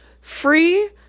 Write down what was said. free